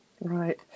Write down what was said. Right